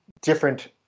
different